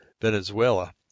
Venezuela